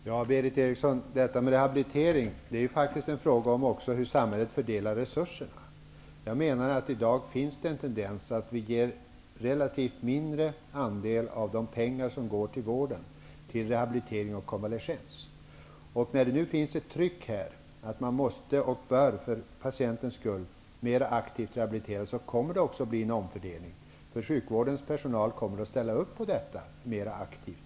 Herr talman! Frågan om rehabilitering, Berith Eriksson, är faktiskt också en fråga om hur samhället fördelar resurserna. Jag menar att det i dag finns en tendens att vi ger en relativt mindre andel av de pengar som går till vården till rehabilitering och konvalescens. När det nu finns ett tryck på att man för patientens skull bör och måste rehabilitera mera aktivt, kommer det också att ske en omfördelning. Sjukvårdens personal kommer mera aktivt att ställa upp på detta.